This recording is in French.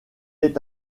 est